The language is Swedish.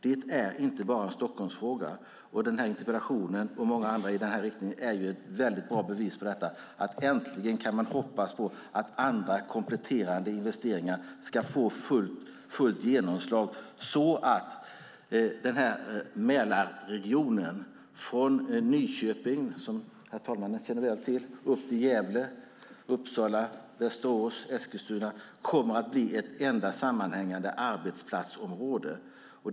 Det är inte bara en Stockholmsfråga. Den här interpellationen och många andra i den här riktningen är ett bra bevis på det. Äntligen kan man hoppas på att andra kompletterande investeringar ska få fullt genomslag så att Mälarregionen, från Nyköping, som herr talmannen känner väl till, upp till Gävle, Uppsala, Västerås och Eskilstuna, blir ett enda sammanhängande arbetsplatsområde.